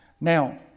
Now